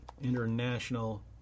International